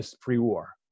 pre-war